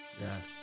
yes